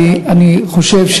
כי אני חושב,